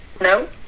No